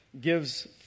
gives